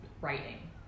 writing